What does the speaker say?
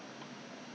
yeah that's true